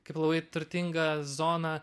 ir labai turtinga zona